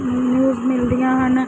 news ਮਿਲਦੀਆਂ ਹਨ